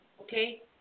okay